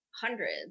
hundreds